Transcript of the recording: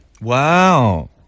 Wow